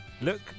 look